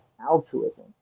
altruism